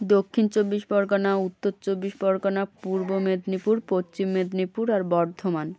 দক্ষিণ চব্বিশ পরগনা উত্তর চব্বিশ পরগনা পূর্ব মেদিনীপুর পচ্চিম মেদিনীপুর আর বর্ধমান